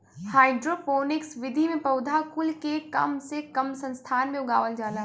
hydroponics विधि में पौधा कुल के कम से कम संसाधन में उगावल जाला